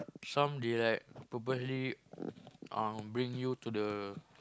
some they like purposely bring you to the